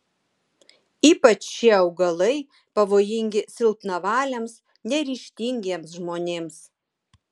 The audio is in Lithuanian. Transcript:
ypač šie augalai pavojingi silpnavaliams neryžtingiems žmonėms